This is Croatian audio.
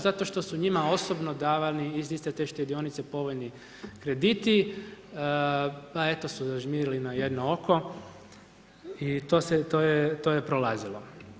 Zato što su njima osobno davani iz iste te štedionice povoljni krediti pa eto su zažmirili na jedno oko i to je prolazilo.